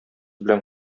белән